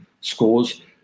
scores